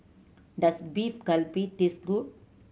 does Beef Galbi taste good